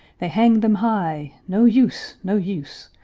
they hanged them high no use! no use!